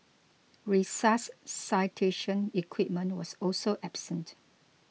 resuscitation equipment was also absent